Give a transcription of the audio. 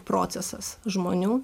procesas žmonių